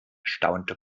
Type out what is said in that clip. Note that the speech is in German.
staunte